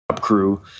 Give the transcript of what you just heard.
crew